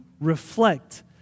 reflect